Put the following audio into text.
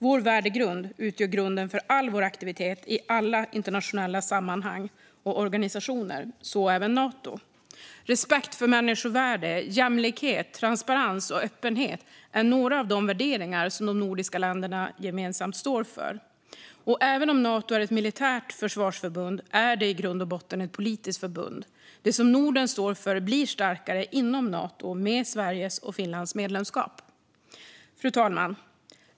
Vår värdegrund utgör grunden för all vår aktivitet i alla internationella sammanhang och organisationer, även Nato. Respekt för människovärde, jämlikhet, transparens och öppenhet är några av de värderingar som de nordiska länderna gemensamt står för. Även om Nato är ett militärt försvarsförbund är det i grund och botten ett politiskt förbund. Det som Norden står för blir starkare inom Nato med Sveriges och Finlands medlemskap. Fru talman!